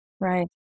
Right